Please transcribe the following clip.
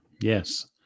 Yes